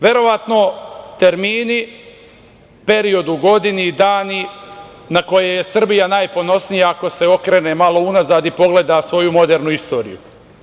Verovatno termini, period u godini, dani, na koje je Srbija najponosnija ako se okrene malo unazad i pogleda svoju modernu istoriju.